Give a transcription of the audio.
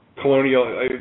colonial